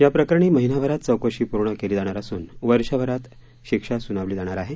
याप्रकरणी महिनाभरात चौकशी पूर्ण केली जाणार असून वर्षभरात शिक्षा सूनवली जाणार आहे